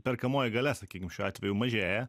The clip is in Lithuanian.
perkamoji galia sakykim šiuo atveju mažėja